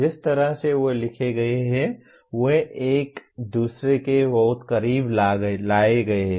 जिस तरह से वे लिखे गए हैं वे एक दूसरे के बहुत करीब लाए गए हैं